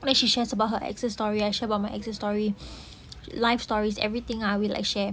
then she shares about her exes story I share about my exes story life stories everything I will like share